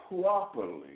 properly